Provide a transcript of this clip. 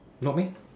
not meh